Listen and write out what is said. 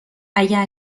اگر